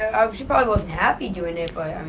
ah um she probably wasn't happy doing it but i